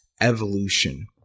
evolution